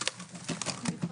הישיבה ננעלה בשעה 09:50.